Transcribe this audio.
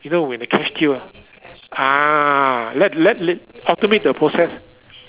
you know when the cash queue ah let let let automate the process